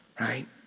right